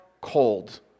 cold